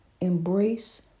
Embrace